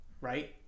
right